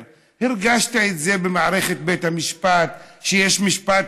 הרגשת שבמערכת בית המשפט יש משפט